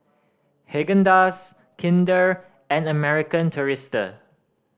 Haagen Dazs Kinder and American Tourister